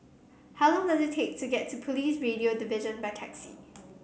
how long does it take to get to Police Radio Division by taxi